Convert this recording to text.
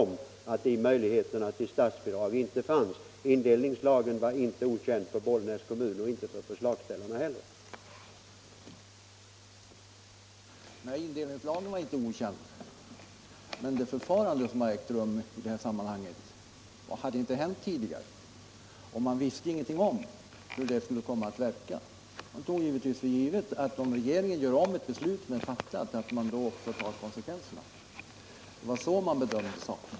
Man tog naturligtvis inom kommunen för givet att regeringen, om den gör om ett fattat beslut, Om kompensation skulle ta konsekvenserna. Det är så man har bedömt saken. till Bollnäs kommun för kostnader för Herr kommunministern GUSTAFSSON: ändrad kommunin Herr talman!